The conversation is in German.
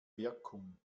wirkung